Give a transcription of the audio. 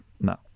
No